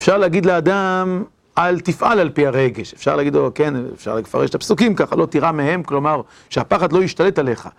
אפשר להגיד לאדם, אל תפעל על פי הרגש, אפשר להגיד לו, כן, אפשר לפרש את הפסוקים ככה. לא תירא מהם, כלומר, שהפחד לא ישתלט עליך.